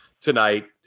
tonight